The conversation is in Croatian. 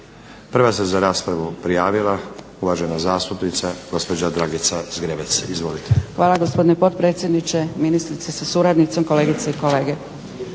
Prva se za raspravu prijavila uvažena zastupnica gospođa Dragica Zgrebec. Izvolite. **Zgrebec, Dragica (SDP)** Hvala gospodine potpredsjedniče, ministrice sa suradnicom, kolegice i kolege.